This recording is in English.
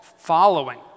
Following